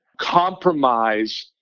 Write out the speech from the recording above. compromise